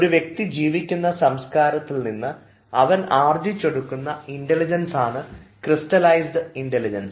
ഒരു വ്യക്തി ജീവിക്കുന്ന സംസ്കാരത്തിൽനിന്ന് അവൻ ആർജ്ജിച്ച എടുക്കുന്ന ഇൻറലിജൻസാണ് ക്രിസ്റ്റലൈസ്ഡ് ഇന്റലിജൻസ്